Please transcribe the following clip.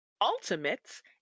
Ultimates